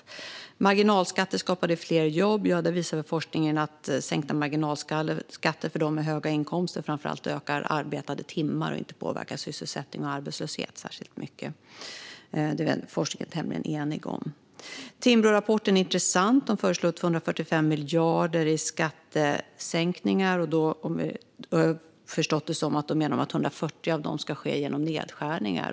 När det gäller att sänkta marginalskatter skapade fler jobb visar forskningen att sänkta marginalskatter för dem med höga inkomster framför allt ökar arbetade timmar och inte påverkar sysselsättning och arbetslöshet särskilt mycket. Detta är forskningen tämligen enig om. Timbrorapporten är intressant. Där föreslår de 245 miljarder i skattesänkningar. Då har jag förstått det som att de menar att 140 av dem ska ske genom nedskärningar.